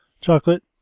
chocolate